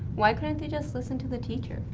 why couldn't they just listen to the teacher?